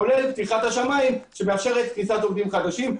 כולל פתיחת השמיים שמאפשר כניסת עובדים חדשים,